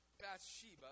Bathsheba